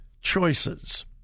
choices